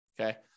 okay